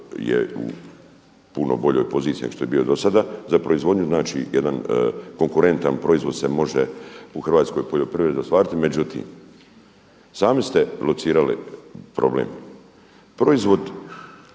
je u puno boljoj poziciji nego što je bio do sada. Za proizvodnju znači jedan konkurentan proizvod se može u hrvatskoj poljoprivredi ostvariti. Međutim, sami ste locirali problem. Proizvod